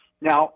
Now